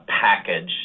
package